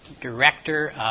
Director